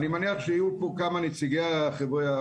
אני מניח שיהיו פה כמה מנציגי האיגודים